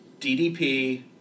DDP